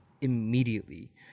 immediately